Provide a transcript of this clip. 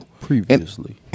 previously